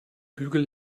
bügel